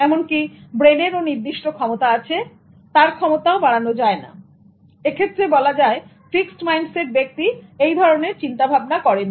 এমনকি ব্রেইনেরও নির্দিষ্ট ক্ষমতা আছে তার ক্ষমতাও বাড়ানো যায় না এক্ষেত্রে বলা যায় ফিক্সড মাইন্ডসেট ব্যক্তি এই ধরনের চিন্তা ভাবনা করেন